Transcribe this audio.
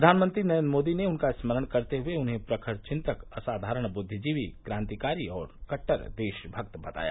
प्र्यानमंत्री नरेन्द्र मोदी ने उनका स्मरण करते हुए उन्हें प्रखर चिंतक असाधारण बुद्विजीवी क्रांतिकारी और कट्टर देशभक्त बताया